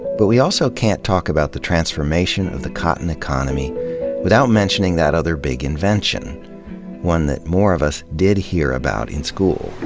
but we also can't talk about the transformation of the cotton economy without mentioning that other big invention one that more of us did hear about in school.